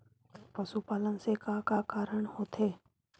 पशुपालन से का का कारण होथे?